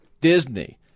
Disney